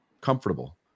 comfortable